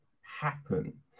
happen